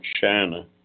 China